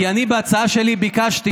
כי אני בהצעה שלי ביקשתי,